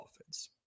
offense